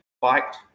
biked